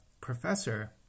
professor